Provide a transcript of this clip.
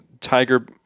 Tiger